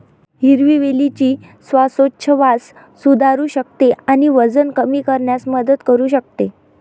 हिरवी वेलची श्वासोच्छवास सुधारू शकते आणि वजन कमी करण्यास मदत करू शकते